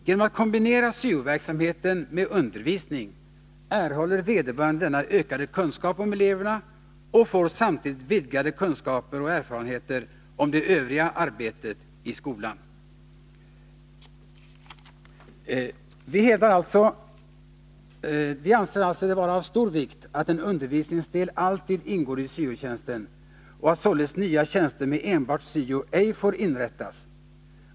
Genom att syo-verksamheten kombineras med undervisning erhåller vederbörande denna ökade kunskap om eleverna och får samtidigt vidgade kunskaper och erfarenheter om det övriga arbetet i skolan. Vi anser det alltså vara av stor vikt att en undervisningsdel alltid ingår i syo-tjänsten och att således nya tjänster med enbart syo ej får inrättas.